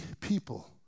people